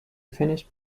finished